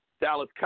Dallas